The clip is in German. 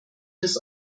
das